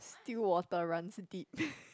still water runs deep